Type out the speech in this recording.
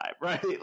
right